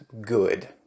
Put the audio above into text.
good